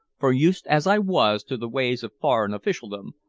for used as i was to the ways of foreign officialdom,